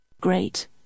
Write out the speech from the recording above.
Great